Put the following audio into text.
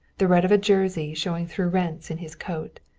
the red of a jersey showing through rents in his coat.